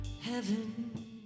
heaven